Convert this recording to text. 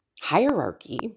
hierarchy